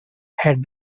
had